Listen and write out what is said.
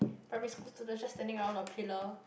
primary school student just standing out of pillar